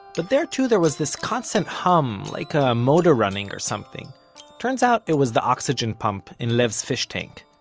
but there too there was this constant hum, like a motor running or something turns out it was the oxygen pump in lev's fishtank.